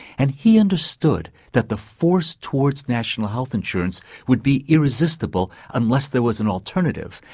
and he understood that the force towards national health insurance would be irresistible unless there was an alternative,